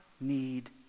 need